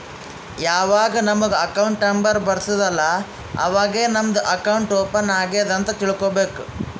ಯಾವಾಗ್ ನಮುಗ್ account number ಬರ್ತುದ್ ಅಲ್ಲಾ ಅವಾಗೇ ನಮ್ದು ಅಕೌಂಟ್ ಓಪನ್ ಆಗ್ಯಾದ್ ಅಂತ್ ತಿಳ್ಕೋಬೇಕು